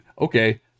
Okay